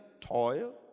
toil